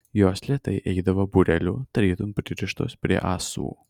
jos lėtai eidavo būreliu tarytum pririštos prie ąsų